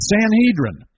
Sanhedrin